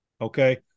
Okay